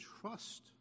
trust